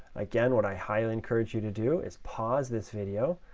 again, what i highly encourage you to do is pause this video.